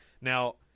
Now